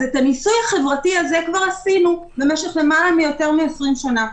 כך שאת הניסוי החברתי הזה כבר עשינו במשך יותר מ-20 שנה,